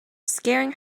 scaring